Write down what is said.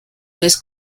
this